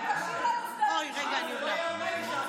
לא ייאמן שגם